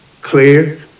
Clear